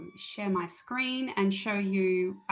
share my screen, and show you